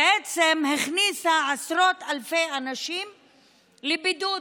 בעצם הכניסה עשרות אלפי אנשים לבידוד.